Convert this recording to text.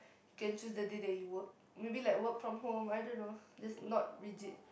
you can choose the day that you work maybe like work from home I don't know just not rigid